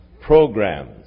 programs